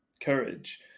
courage